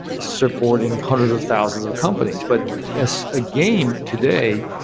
supporting hundreds of thousands of companies. but as a game today,